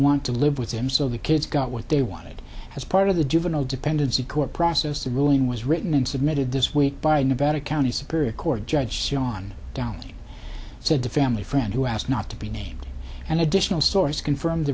want to live with him so the kids got what they wanted as part of the juvenile dependency court process the ruling was written and submitted this week by nevada county superior court judge sean downs said the family friend who asked not to be named and additional sources confirmed